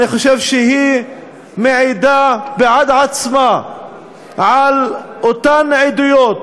אני חושב שהיא מעידה בעד עצמה על אותן עדויות